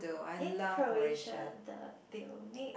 in Croatia the tunic